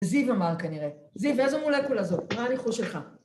זיו אמר כנראה. זיו, ואיזה מולקולה זאת. מה הניחוש שלך?